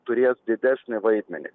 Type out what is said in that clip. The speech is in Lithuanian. turės didesnį vaidmenį